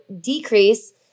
decrease